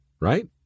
right